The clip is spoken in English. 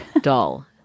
Dull